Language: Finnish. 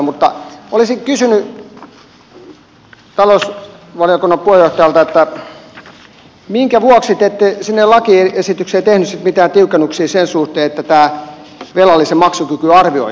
mutta olisin kysynyt talousvaliokunnan puheenjohtajalta minkä vuoksi te ette sinne lakiesitykseen tehneet mitään tiukennuksia sen suhteen että velallisen maksukyky arvioitaisiin